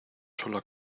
sola